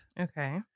Okay